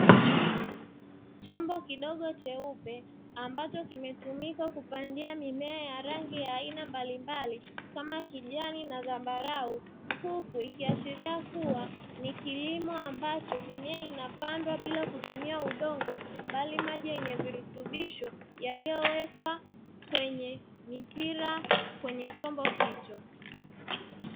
Chombo kidogo cheupe ambacho kimetumika kupandia mimea ya rangi ya aina mbalimbali, kama kijani na zambarau, huku ikiaashiria kuwa ni kilimo ambacho mimea inapandwa bila kutumia udongo, bali maji yenye virutubisho yaliyowekwa kwenye mipira kwenye chombo hicho.